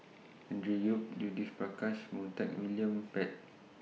Andrew Yip Judith Prakash Montague William Pett